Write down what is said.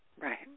Right